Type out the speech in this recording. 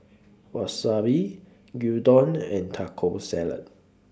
Wasabi Gyudon and Taco Salad